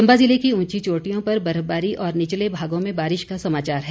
चंबा ज़िले की ऊंची चोटियों पर बर्फबारी और निचले भागों में बारिश का समाचार है